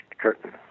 curtain